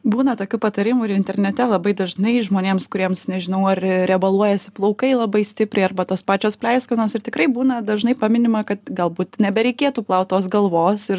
būna tokių patarimų ir internete labai dažnai žmonėms kuriems nežinau ar riebaluojas plaukai labai stipriai arba tos pačios pleiskanos ir tikrai būna dažnai paminima ka galbūt nebereikėtų plaut tos galvos ir